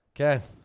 okay